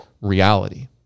reality